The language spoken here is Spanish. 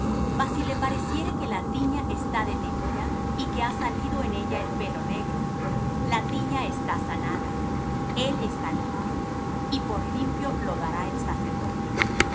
le pareciere que la tiña está detenida y que ha salido en ella el pelo negro la tiña está sanada él está limpio y por limpio lo dará el sacerdote